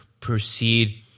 proceed